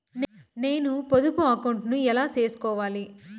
నేను పొదుపు అకౌంటు ను ఎలా సేసుకోవాలి?